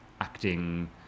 acting